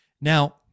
Now